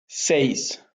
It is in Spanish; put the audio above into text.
seis